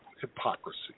hypocrisy